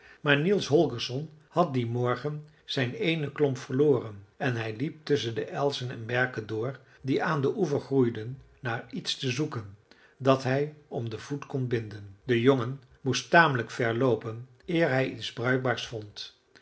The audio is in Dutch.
maar niels holgersson had dien morgen zijn eene klomp verloren en hij liep tusschen de elzen en berken door die aan den oever groeiden naar iets te zoeken dat hij om den voet kon binden de jongen moest tamelijk ver loopen eer hij iets bruikbaars vond